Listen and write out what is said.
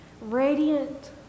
radiant